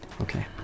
Okay